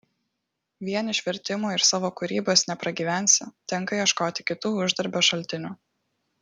vien iš vertimų ir savo kūrybos nepragyvensi tenka ieškoti kitų uždarbio šaltinių